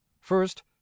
First